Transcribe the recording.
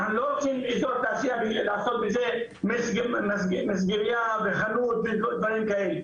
אנחנו לא רוצים אזור תעשייה לעשות בזה מסגרייה וחנות ודברים כאלה,